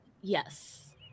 yes